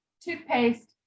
toothpaste